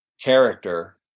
character